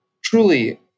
truly